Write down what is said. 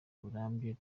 burambye